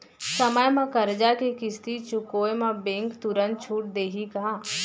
समय म करजा के किस्ती चुकोय म बैंक तुरंत छूट देहि का?